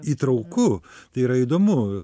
įtrauku tai yra įdomu